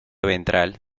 ventral